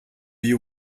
you